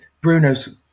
Bruno's